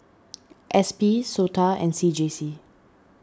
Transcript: S P Sota and C J C